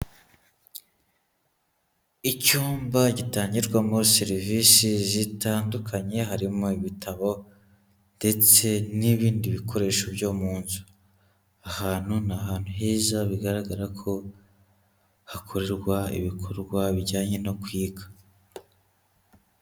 Icyumba gitangirwamo serivisi zitandukanye, harimo ibitabo ndetse n'ibindi bikoresho byo mu nzu, ahantu ni ahantu heza, bigaragara ko hakorerwa ibikorwa bijyanye no kwiga.